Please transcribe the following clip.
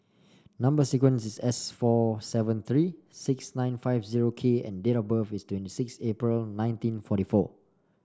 number sequence is S four seven three six nine five zero K and date of birth is twenty six April nineteen forty four